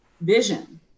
vision